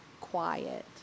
quiet